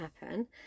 happen